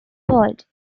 bold